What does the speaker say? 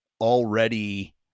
already